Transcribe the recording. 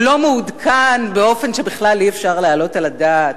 הוא לא מעודכן באופן שבכלל אי-אפשר להעלות על הדעת.